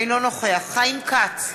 אינו נוכח חיים כץ,